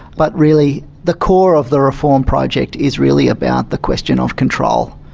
but really the core of the reform project is really about the question of control.